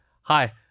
hi